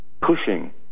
pushing